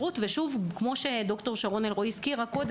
כמו שהזכירה דוקטור שרון אלרואי,